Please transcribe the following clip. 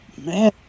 Man